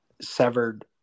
severed